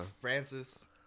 Francis